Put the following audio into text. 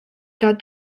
that